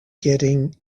getting